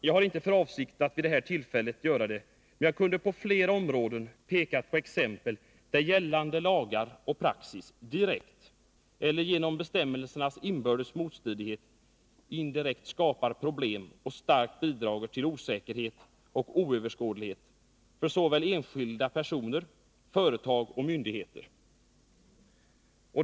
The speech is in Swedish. Jag har inte för avsikt att göra det vid det här tillfället, men jag skulle från flera områden kunna anföra exempel där gällande lagar och praxis direkt eller genom bestämmelsernas inbördes motstridighet indirekt skapar problem och starkt bidrar till osäkerhet och oöverskådlighet för enskilda personer, företag och myndigheter.